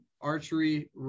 archery